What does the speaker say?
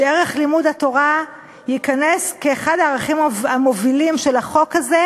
שערך לימוד התורה ייכנס כאחד הערכים המובילים של החוק הזה,